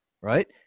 right